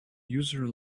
user